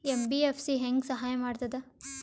MBFC ಹೆಂಗ್ ಸಹಾಯ ಮಾಡ್ತದ?